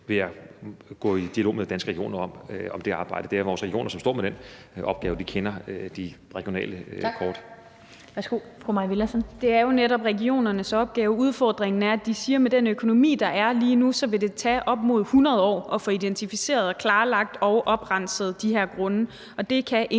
vil jeg gå i dialog med Danske Regioner om. Det er vores regioner, som står med den opgave. Vi kender de regionale kort.